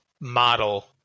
model